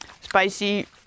spicy